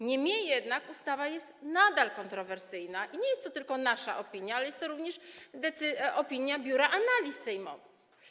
Niemniej jednak ustawa jest nadal kontrowersyjna, i nie jest to tylko nasza opinia, ale jest to również opinia Biura Analiz Sejmowych.